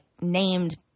named